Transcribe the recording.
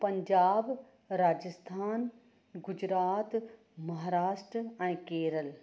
पंजाब राजस्थान गुजरात महाराष्ट्र ऐं केरल